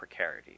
precarity